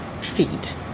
feet